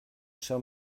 cher